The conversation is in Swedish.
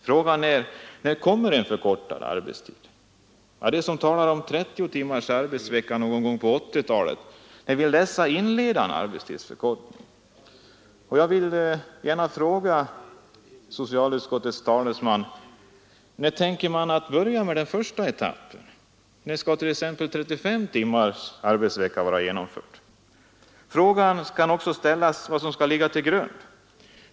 Frågan är: När kommer en förkortad arbetstid? När vill de som talar om 30 timmars arbetsvecka någon gång på 1980-talet inleda en arbetstidsförkortning? Jag vill gärna fråga socialutskottets talesman när man tänker börja med första etappen. När skall t.ex. 35 timmars arbetsvecka vara genomförd? Frågan kan också ställas om vad som skall ligga till grund för arbetstidsförkortningen.